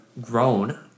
grown